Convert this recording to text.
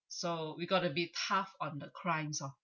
so we've got to be tough on the crimes loh